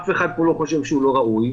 אף אחד פה לא חושב שהוא לא ראוי,